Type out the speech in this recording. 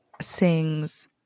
sings